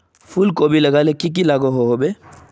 फूलकोबी लगाले की की लागोहो होबे?